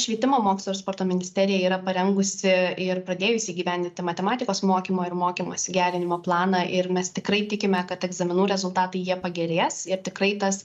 švietimo mokslo ir sporto ministerija yra parengusi ir pradėjusi įgyvendinti matematikos mokymo ir mokymosi gerinimo planą ir mes tikrai tikime kad egzaminų rezultatai jie pagerės ir tikrai tas